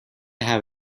have